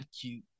cute